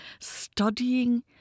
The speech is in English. studying